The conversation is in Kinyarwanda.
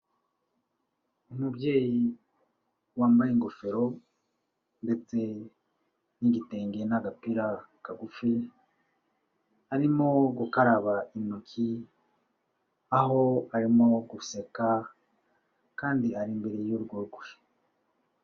Umubyeyi wambaye ingofero, ndetse n'igitenge n'agapira kagufi, arimo gukaraba intoki, aho arimo guseka, kandi ari imbere y'urugo rwe.